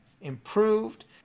improved